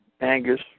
Angus